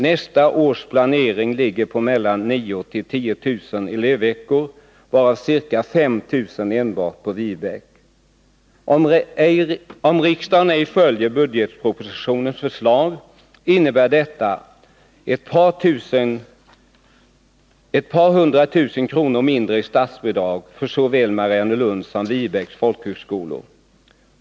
Nästa års planering ligger på mellan 9 000 och 10 000 elevveckor, varav ca 5 000 enbart på Viebäck. Om riksdagen ej följer budgetpropositionens förslag innebär detta ett par hundra tusen kronor mindre i statsbidrag för såväl Mariannelunds som Viebäcks folkhögskola.